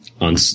on